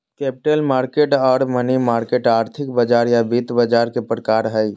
capital market आर money market आर्थिक बाजार या वित्त बाजार के प्रकार हय